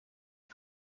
嫡母